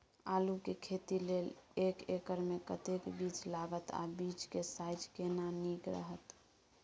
आलू के खेती लेल एक एकर मे कतेक बीज लागत आ बीज के साइज केना नीक रहत?